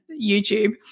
YouTube